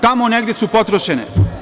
Tamo negde su potrošene.